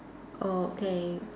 oh okay